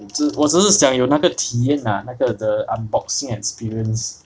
我只是我只是想有那个体验 ah 那个 the unboxing experience